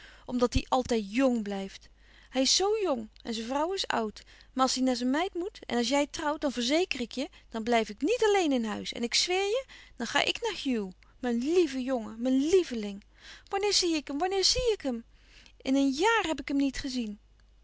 omdat die altijd jng blijft hij is zoo jong en zijn vrouw is oud maar als hij naar zijn meid moet en als jij trouwt dan verzeker ik je dan blijf ik niet alleen in huis en ik zweer je dan ga ik naar hugh mijn liève jongen mijn lièveling wanneer zie ik hem wanneer zie ik hem in een jààr heb ik hem niet gezien